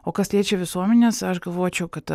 o kas liečia visuomenes aš galvočiau kad